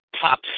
top